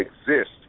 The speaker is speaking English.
exist